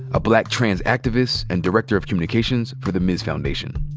a black trans activist and director of communications for the ms. foundation.